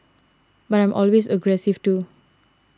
but I'm always aggressive too